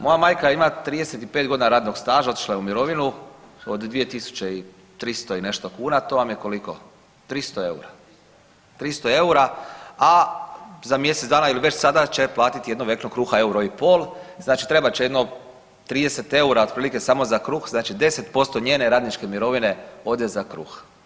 Moja majka ima 35 godina radnog staža, otišla je u mirovinu od 2.300 i nešto kuna to vam je koliko 300 eura, 300 eura, a za mjesec dana ili već sada će platiti jednu veknu kruna euro i pol, znači trebat će jedno 30 eura otprilike samo za kruh, znači 10% njene radničke mirovine ode za kruh.